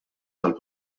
tal